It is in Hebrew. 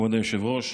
כבוד היושב-ראש,